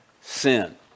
sin